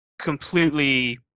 completely